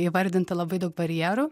įvardinta labai daug barjerų